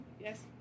Yes